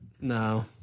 No